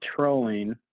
trolling